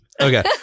Okay